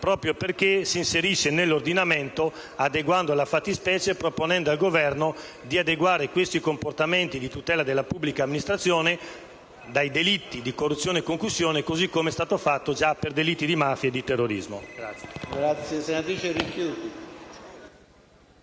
proprio perché si inserisce nell'ordinamento, adeguando alla fattispecie e proponendo al Governo di adeguare questi comportamenti di tutela della pubblica amministrazione dai delitti di corruzione e concussione, così come è stato fatto già per i delitti di mafia e terrorismo.